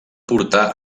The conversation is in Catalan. portar